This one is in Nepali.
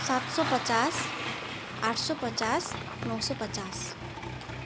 सात सय पचास आठ सय पचास नौ सय पचास